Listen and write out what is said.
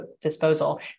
disposal